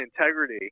integrity